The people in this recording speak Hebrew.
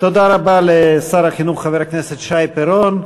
תודה רבה לשר החינוך, חבר הכנסת שי פירון.